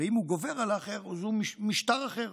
ואם הוא גובר על האחר אז הוא משטר אחר.